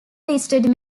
listed